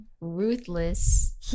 Ruthless